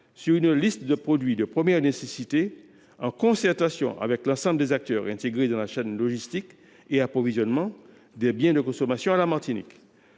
sur une liste de produits de première nécessité, en concertation avec l’ensemble des acteurs intégrés dans la chaîne logistique et d’approvisionnement des biens de consommation. Cela assurera